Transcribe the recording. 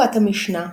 אין לנהוג כך.